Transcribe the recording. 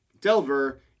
Delver